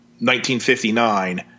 1959